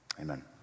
Amen